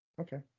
Okay